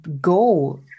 go